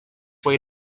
way